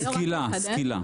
סקילה.